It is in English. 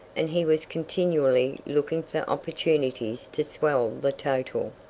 and he was continually looking for opportunities to swell the total.